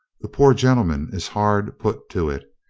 the poor gentleman is hard put to it.